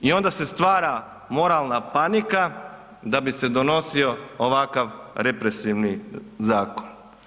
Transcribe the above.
I onda se stvara moralna panika da bi se donosio ovakav represivni zakon.